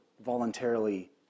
voluntarily